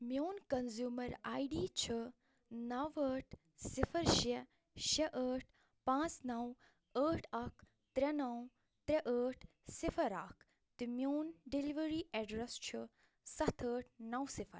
میٛون consumer I D چھُ نَو ٲٹھ صفر شےٚ شےٚ ٲٹھ پانٛژھ نَو ٲٹھ اکھ ترٛےٚ نَو ترٛےٚ ٲٹھ صفر اکھ تہٕ میٛون ڈیٚلؤری ایٚڈریٚس چھُ ستھ ٲٹھ نَو صفر